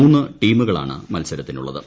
മൂന്ന് ടീമുകളാണ് മൽസരത്തിനുള്ളത്